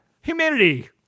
humanity